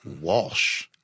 Walsh